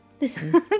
Listen